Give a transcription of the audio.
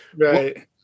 right